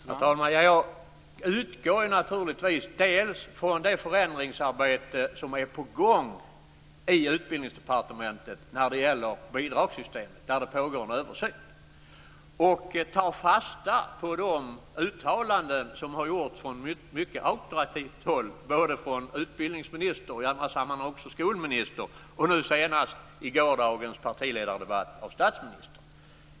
Herr talman! Jag utgår naturligtvis till dels från det förändringsarbete som är på gång i Utbildningsdepartementet när det gäller bidragssystemet och där det pågår en översyn. Jag tar fasta på de uttalanden som har gjorts från mycket auktoritativt håll - både från utbildningsministern och i andra sammanhang också från skolministern och nu senast i gårdagens partiledardebatt från statsministern.